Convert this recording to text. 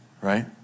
right